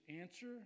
answer